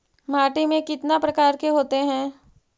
माटी में कितना प्रकार के होते हैं?